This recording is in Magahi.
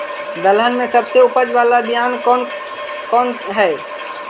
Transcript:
दलहन में सबसे उपज बाला बियाह कौन कौन हइ?